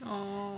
oh